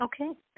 Okay